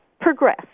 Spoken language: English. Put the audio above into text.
progress